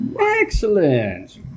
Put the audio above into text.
Excellent